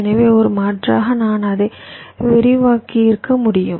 எனவே ஒரு மாற்றாக நான் அதை விரிவாக்கியிருக்க முடியும்